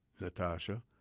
Natasha